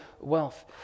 wealth